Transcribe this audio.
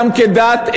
גם כדת,